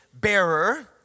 bearer